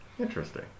Interesting